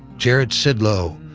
jared sidlo,